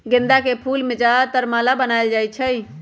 गेंदा के फूल से ज्यादातर माला बनाएल जाई छई